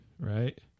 right